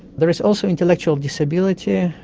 there is also intellectual disability,